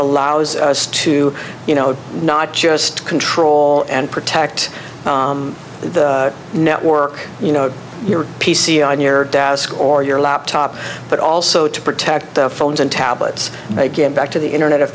allows us to you know not just control and protect the network you know your p c on your desk or your laptop but also to protect the phones and tablets they give back to the internet of